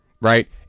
right